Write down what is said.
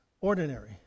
ordinary